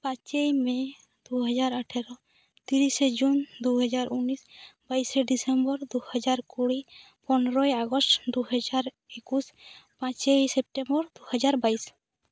ᱯᱟᱸᱪᱮᱭ ᱢᱮ ᱫᱩ ᱦᱟᱡᱟᱨ ᱟᱴᱷᱮᱨᱳ ᱛᱤᱨᱤᱥᱮ ᱡᱩᱱ ᱫᱩ ᱦᱟᱡᱟᱨ ᱩᱱᱱᱤᱥ ᱵᱟᱭᱤᱥᱮ ᱰᱤᱥᱮᱢᱵᱚᱨ ᱫᱩ ᱦᱟᱡᱟᱨ ᱠᱩᱲᱤ ᱯᱚᱱᱨᱳᱭ ᱟᱜᱚᱥᱴ ᱫᱩ ᱦᱟᱡᱟᱨ ᱮᱠᱩᱥ ᱯᱟᱸᱪᱮᱭ ᱥᱮᱯᱴᱮᱢᱵᱚᱨ ᱫᱩ ᱦᱟᱡᱟᱨ ᱵᱟᱭᱤᱥ